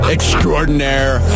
Extraordinaire